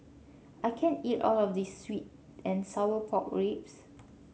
I can't eat all of this sweet and Sour Pork Ribs